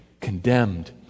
condemned